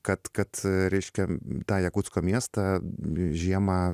kad kad reiškia tą jakutsko miestą žiemą